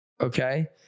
Okay